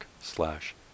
slash